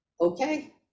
Okay